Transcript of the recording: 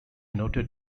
noted